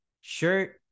shirt